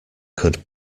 could